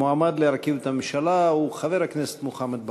המועמד להרכיב את הממשלה הוא חבר הכנסת מוחמד ברכה.